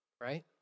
Right